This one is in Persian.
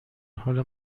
حال